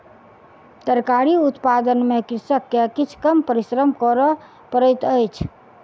तरकारी उत्पादन में कृषक के किछ कम परिश्रम कर पड़ैत अछि